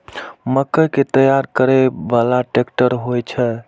मक्का कै तैयार करै बाला ट्रेक्टर होय छै?